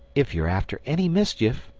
if you're after any mischief,